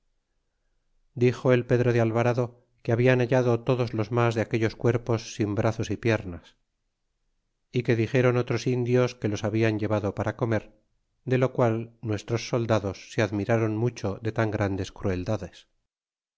dixo el pedro de alvarado que habian bailado todos los mas de aquellos cuerpos sin brazos y piernas e que dixeron otros indios que los hablan llevado para comer de lo qual nuestros soldados se admiraron mucho de tan grandes crueldades